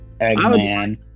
Eggman